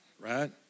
right